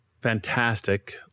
fantastic